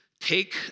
take